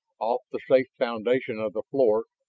off the safe foundation of the floor,